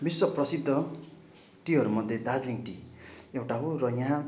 विश्व प्रसिद्ध टीहरू मध्ये दार्जिलिङ टी एउटा हो र यहाँ